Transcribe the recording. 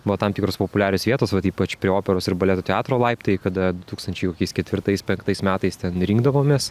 buvo tam tikros populiarios vietos vat ypač prie operos ir baleto teatro laiptai kada du tūkstančiai kokiais ketvirtais penktais metais ten rinkdavomės